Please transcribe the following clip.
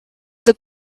the